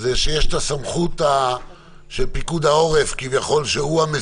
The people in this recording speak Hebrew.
שיש את הסמכות של פיקוד העורף כמסיע,